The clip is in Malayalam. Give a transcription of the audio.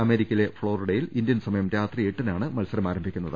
അമേരിക്കയിലെ ഫ്ളോറിഡയിൽ ഇന്ത്യൻ സമയം രാത്രി എട്ടിനാണ് മത്സരം ആരംഭിക്കുന്നത്